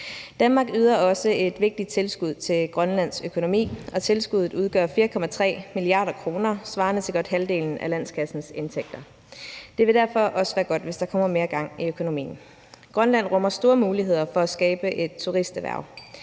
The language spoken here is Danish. Danmark yder også et vigtigt tilskud til Grønlands økonomi, og tilskuddet udgør 4,3 mia. kr. svarende til godt halvdelen af landskassens indtægter. Det vil derfor også være godt, hvis der kommer mere gang i økonomien. Grønland rummer store muligheder for at skabe et turisterhverv.